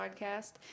Podcast